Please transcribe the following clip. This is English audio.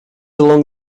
along